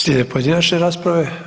Slijede pojedinačne rasprave.